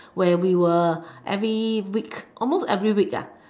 where we will every week almost every week